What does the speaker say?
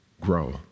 grow